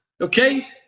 okay